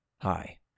Hi